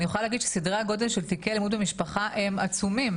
אני יכולה להגיד שסדרי הגודל של תיקי אלימות במשפחה הם עצומים,